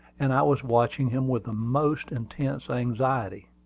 and was watching him with the most intense anxiety.